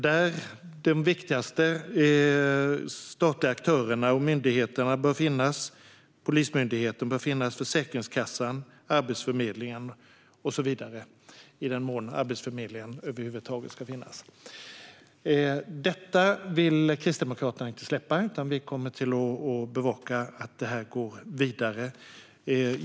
Där bör de viktigaste statliga aktörerna och myndigheterna finnas. Polismyndigheten bör finnas där liksom bland annat Försäkringskassan och Arbetsförmedlingen, i den mån Arbetsförmedlingen över huvud taget ska finnas. Detta vill Kristdemokraterna inte släppa. Vi kommer att bevaka att man går vidare med det hela.